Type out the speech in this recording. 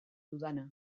dudana